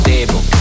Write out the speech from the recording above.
Table